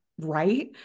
right